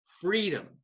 freedom